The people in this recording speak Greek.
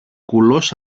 κουλός